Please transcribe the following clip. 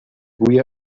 بوی